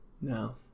No